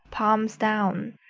palms down.